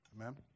Amen